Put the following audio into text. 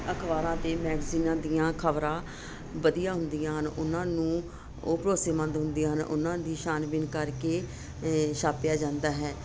ਅਖਬਾਰਾਂ ਅਤੇ ਮੈਗਜ਼ਨਾਂ ਦੀਆਂ ਖ਼ਬਰਾਂ ਵਧੀਆ ਹੁੰਦੀਆਂ ਹਨ ਉਹਨਾਂ ਨੂੰ ਉਹ ਭਰੋਸੇਮੰਦ ਹੁੰਦੀਆਂ ਹਨ ਉਹਨਾਂ ਦੀ ਸ਼ਾਨਬੀਨ ਕਰਕੇ ਛਾਪਿਆ ਜਾਂਦਾ ਹੈ